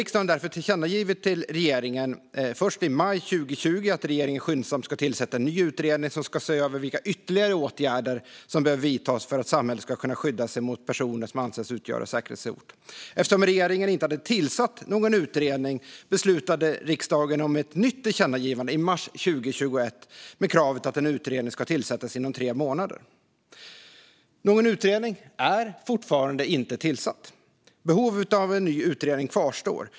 Riksdagen tillkännagav därför för regeringen, först i maj 2020, att regeringen skyndsamt skulle tillsätta en ny utredning som ska se över vilka ytterligare åtgärder som behöver vidtas för att samhället ska kunna skydda sig mot personer som anses utgöra säkerhetshot. Eftersom regeringen inte hade tillsatt någon utredning beslutade riksdagen om ett nytt tillkännagivande i mars 2021, med kravet att en utredning skulle tillsättas inom tre månader. Någon utredning är fortfarande inte tillsatt. Behovet av en ny utredning kvarstår.